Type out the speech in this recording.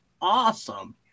awesome